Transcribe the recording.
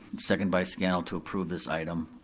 second by scannell, to approve this item.